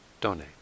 donate